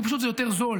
כי פשוט זה יותר זול.